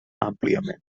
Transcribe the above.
àmpliament